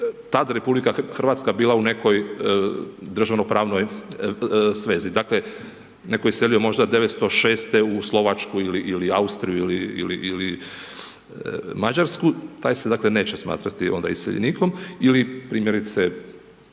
tad RH bila u nekoj državno pravnoj svezi. Dakle, netko je iselio možda 1906. u Slovačku ili Austriju ili Mađarsku, taj se dakle, neće smatrati onda iseljenikom. Ili primjerice